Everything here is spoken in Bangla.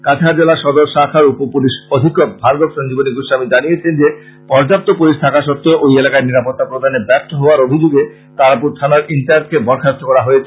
কাছাড় জেলার সদর শাখার উপ পুলিশ অধীক্ষক ভার্গব সঞ্জীবনী গোস্বামী জানিয়েছেন যে পর্যাপ্ত পুলিশ থাকা সত্বেও ঐ এলাকায় নিরাপত্তা প্রদানে ব্যর্থ হওয়ার অভিযোগে তারাপুর থানার ইনচার্জকে বরখাস্ত করা হয়েছে